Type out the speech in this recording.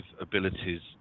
abilities